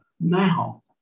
now